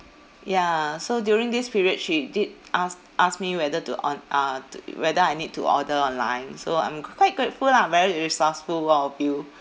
ya so during this period she did ask ask me whether to on~ uh to whether I need to order online so I'm q~ quite grateful lah very resourceful all of you